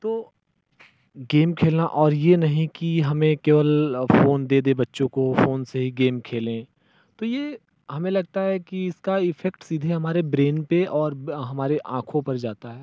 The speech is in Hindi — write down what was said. तो गेम और ये नहीं कि हमें केवल फोन दे दे बच्चों को फोन से ही गेम खेलें तो ये हमें लगता है कि इसका इफेक्ट सीधे हमारे ब्रैन पे और हमारे आँखो पे जाता है